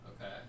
Okay